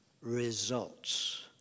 Results